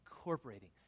incorporating